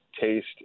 taste